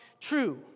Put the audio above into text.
true